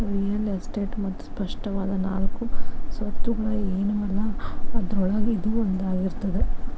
real estate ಮತ್ತ ಸ್ಪಷ್ಟವಾದ ನಾಲ್ಕು ಸ್ವತ್ತುಗಳ ಏನವಲಾ ಅದ್ರೊಳಗ ಇದೂ ಒಂದಾಗಿರ್ತದ